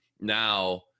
now